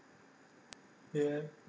ya